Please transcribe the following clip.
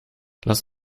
lass